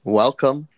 welcome